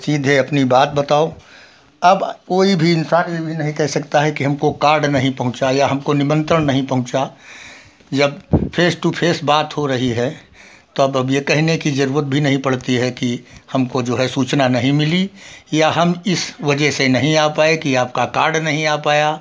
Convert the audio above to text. सीधे अपनी बात बताओ अब कोई भी इंसान यह भी नहीं कह सकता है कि हमको कार्ड नहीं पहुँचा या हमको निमंत्रण नहीं पहुँचा जब फेस टू फेस बात हो रही है तब अब यह कहने की ज़रुरत भी नहीं पड़ती है कि हमको जो है सूचना नहीं मिली या हम इस वजह से नहीं आ पाए कि आपका कार्ड नहीं आ पाया